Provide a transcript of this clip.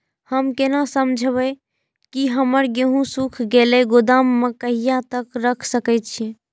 हम केना समझबे की हमर गेहूं सुख गले गोदाम में कहिया तक रख सके छिये?